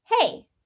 hey